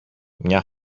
μια